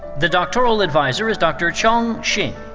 the doctoral adviser is dr. cheong shing.